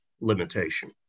limitation